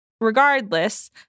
regardless